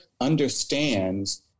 understands